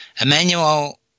Emmanuel